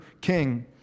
king